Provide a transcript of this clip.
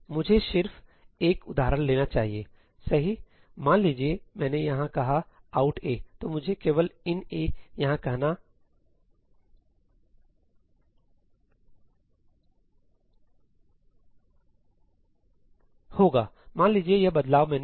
मुझे सिर्फ एक उदाहरण लेना चाहिए सहीमान लीजिए मैंने यहां कहा out a तो मुझे केवल in a यहां कहना होगा मान लीजिए यह बदलाव मैंने किया